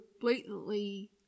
blatantly